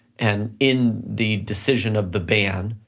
and in the decision of the ban,